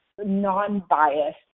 non-biased